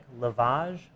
lavage